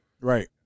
Right